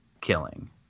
killing